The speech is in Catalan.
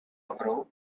prou